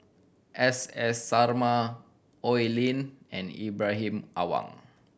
S S Sarma Oi Lin and Ibrahim Awang